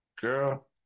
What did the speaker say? girl